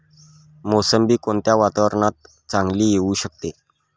मोसंबी कोणत्या वातावरणात चांगली येऊ शकते?